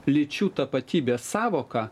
lyčių tapatybės sąvoką